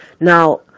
now